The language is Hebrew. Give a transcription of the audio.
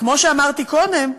וכמו שאמרתי קודם,